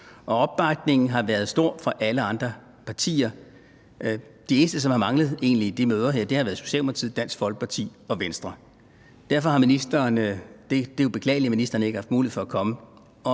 Opbakningen har været stor fra alle andre partier; de eneste, som egentlig har manglet på de møder her, har været Socialdemokratiet, Dansk Folkeparti og Venstre. Det er jo beklageligt, at ministeren ikke har haft mulighed for at komme